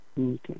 Okay